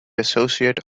associate